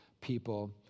people